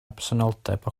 absenoldeb